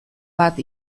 bat